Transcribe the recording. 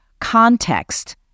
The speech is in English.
context